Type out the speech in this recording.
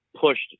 pushed